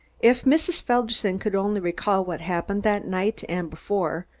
if mrs. felderson could only recall what happened that night and before,